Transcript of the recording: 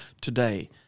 today